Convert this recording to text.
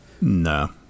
No